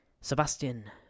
Sebastian